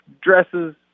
dresses